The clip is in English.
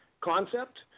concept